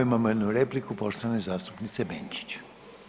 Imamo jednu repliku poštovane zastupnice Benčić.